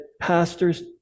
pastors